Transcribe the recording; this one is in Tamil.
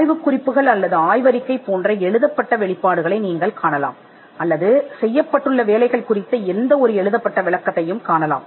ஆய்வக குறிப்புகள் அல்லது ஆய்வறிக்கை போன்ற எழுதப்பட்ட வெளிப்பாடுகளை நீங்கள் காணலாம் அல்லது செய்யப்பட்டுள்ள வேலைகள் பற்றிய எந்தவொரு எழுதப்பட்ட விளக்கமும் காணலாம்